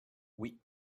oui